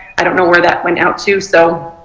i don't know where that went out to. so